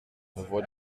voix